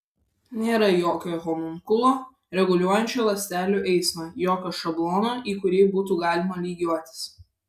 nėra jokio homunkulo reguliuojančio ląstelių eismą jokio šablono į kurį būtų galima lygiuotis